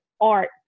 art